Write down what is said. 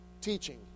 teaching